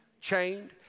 chained